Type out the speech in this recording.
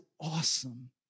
awesome